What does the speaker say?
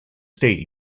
state